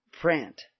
print